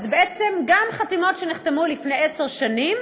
אז בעצם גם חתימות שנחתמו לפני 10 שנים,